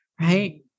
right